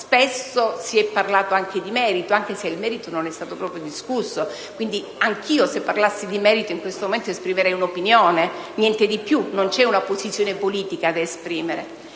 Spesso si è parlato anche di merito, anche se il merito non è stato proprio discusso; pertanto, anche io se parlassi di merito in questo momento esprimerei un'opinione e niente di più, perché non c'è una posizione politica da esprimere.